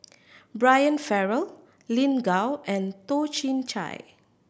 Brian Farrell Lin Gao and Toh Chin Chye